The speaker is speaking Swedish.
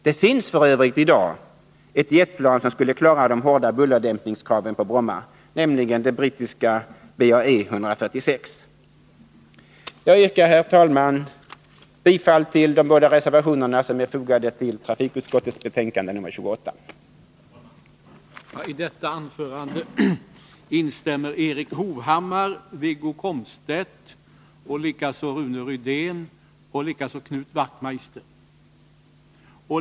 Det finns f. ö. i dag ett jetplan som skulle klara de hårda bullerdämpningskraven på Bromma, nämligen det brittiska Bae 146. Jag yrkar, herr talman, bifall till de båda reservationer som är fogade till trafikutskottets betänkande 1980/81:28.